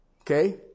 Okay